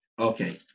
Okay